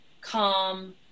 calm